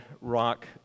rock